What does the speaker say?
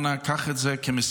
אנא קח את זה כמשימה.